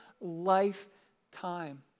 lifetime